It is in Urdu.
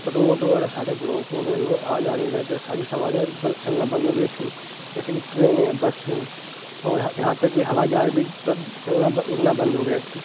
روڈ وغیرہ سارے بلاک ہو گئے لوگ آ جا نہیں رہے تھے ساری سواریاں بھی چلنا بند ہو گئی تھیں جیسے کہ ٹرینیں بسیں اور یہاں تک کہ ہوائی جہاز بھی چلنا اُڑنا بند ہو گئے تھے